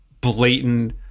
blatant